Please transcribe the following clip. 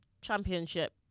championship